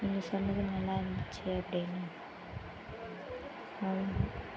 உன் சமையல் நல்லா இருந்துச்சு அப்படின்னு அவ்வளோதான்